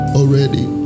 already